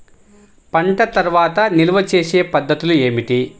పంట తర్వాత నిల్వ చేసే పద్ధతులు ఏమిటి?